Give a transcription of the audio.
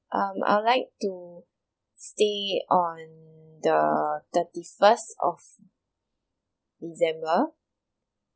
um I would like to stay on the thirty-first of december